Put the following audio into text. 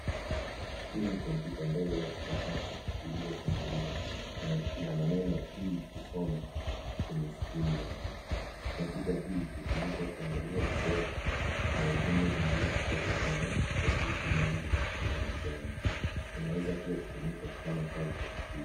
Hii ni kompyuta ndogo ya kupakata iliyofunguliwa, na ina maneno i kusoma kwenye skirini yake. Kompyuta hii hutumika kuangalia video na ujumbe mwingine kutoka kwenye tovuti maalumu za masomo. Inaweza pia kufanya kazi ya likizo.